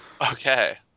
Okay